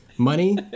Money